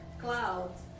clouds